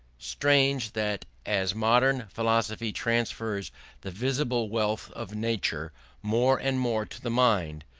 strange that as modern philosophy transfers the visible wealth of nature more and more to the mind,